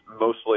mostly